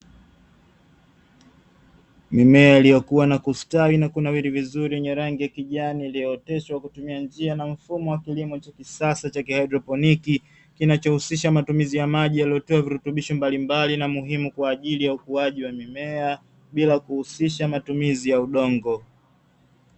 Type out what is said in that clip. Mimea iliyokua na kustawi na kunawiri vizuri yenye rangi ya kijani iliyooteshwa kwa kutumia njia na mfumo wa kilimo cha kisasa cha haidroponi, kinachohusisha matumizi ya maji yaliyotiwa virutubisho mbalimbali na muhimu kwa ajili ya ukuaji wa mimea, bila kuhusisha matumizi ya udongo.